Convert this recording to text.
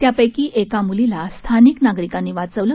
त्यापैकी एका मूलीला स्थानिक नागरिकांनी वाचवलं